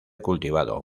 cultivado